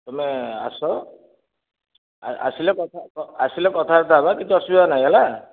ତୁମେ ଆସ ଆ ଆସିଲେ କଥା କଥାବାର୍ତ୍ତା ହେବା କିଛି ଅସୁବିଧା ନାହିଁ ହେଲା